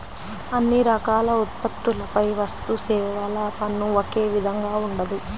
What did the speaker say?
అన్ని రకాల ఉత్పత్తులపై వస్తుసేవల పన్ను ఒకే విధంగా ఉండదు